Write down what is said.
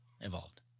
evolved